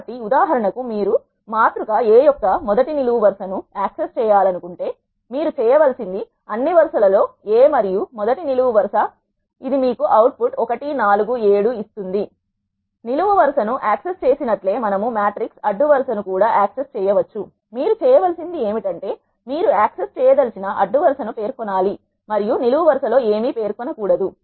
కాబట్టి ఉదాహరణకు మీరు మాతృక A యొక్క మొదటి నిలువు వరుస ను యాక్సెస్ చేయాలనుకుంటే మీరు చేయవలసింది అన్ని వరుస లలో A మరియు మొదటి నిలువు వరుస ఇది మీకు అవుట్ఫుట్ 1 4 7 ఇస్తుంది నిలువు వరుస ను యాక్సెస్ చేసినట్లే మనం మ్యాట్రిక్స్ అడ్డు వరుస ను యాక్సెస్ చేయవచ్చు మీరు చేయవలసింది ఏమిటంటే మీరు యాక్సెస్ చేయదలచిన అడ్డు వరుస పేర్కొనాలి మరియు నిలువు వరుస లో ఏమి పేర్కొన కూడదు